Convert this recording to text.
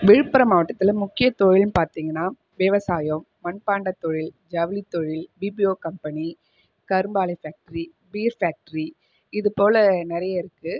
விழுப்புரம் மாவட்டத்தில் முக்கியத் தொழில்னு பார்த்தீங்கன்னா விவசாயம் மண்பாண்டத்தொழில் ஜவுளித்தொழில் பீபிஓ கம்பெனி கரும்பாலை ஃபேக்ட்ரி பீர் ஃபேக்ட்ரி இதுபோல நிறைய இருக்குது